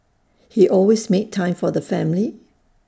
he always made time for the family